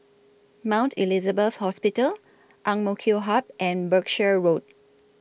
Mount Elizabeth Hospital Ang Mo Kio Hub and Berkshire Road